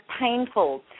painful